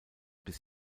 bis